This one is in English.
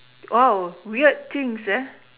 oh weird things ah